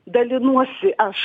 dalinuosi aš